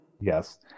Yes